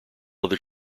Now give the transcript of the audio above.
other